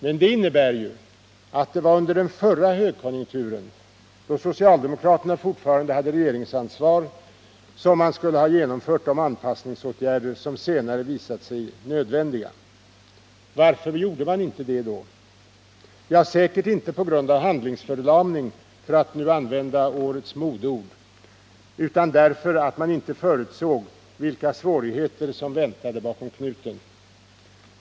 Men det innebär ju att det var under den förra högkonjunkturen, då socialdemokraterna fortfarande hade regeringsansvaret, som man skulle ha genomfört de anpassningsåtgärder som senare visat sig nödvändiga. Varför gjorde man inte det då? Ja, säkert inte på grund av handlingsförlamning - för att använda årets modeord — utan därför att man inte förutsåg vilka svårigheter som väntade bakom knuten.